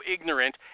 ignorant